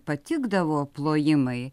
patikdavo plojimai